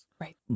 right